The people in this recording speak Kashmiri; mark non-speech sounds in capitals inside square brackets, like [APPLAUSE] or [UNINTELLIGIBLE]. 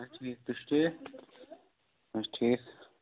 [UNINTELLIGIBLE] تُہۍ چھِو ٹھیٖک اہَن حظ ٹھیٖک